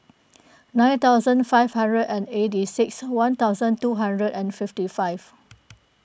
nine thousand five hundred and eighty six one thousand two hundred and fifty five